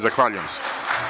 Zahvaljujem se.